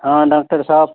हाँ डाक्टर साहब